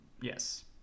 Yes